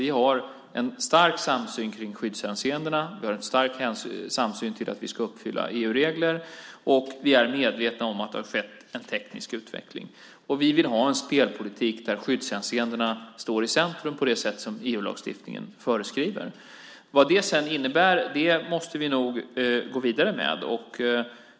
Vi har en stor samsyn i fråga om skyddshänseendena, vi har en stor samsyn om att vi ska uppfylla EU-regler, och vi är medvetna om att det har skett en teknisk utveckling. Vi vill ha en spelpolitik där skyddshänseendena står i centrum på det sätt som EU-lagstiftningen föreskriver. Vad det sedan innebär måste vi nog gå vidare med.